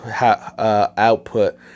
output